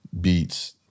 beats